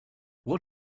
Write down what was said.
what